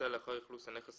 שבוצעה לאחר אכלוס הנכס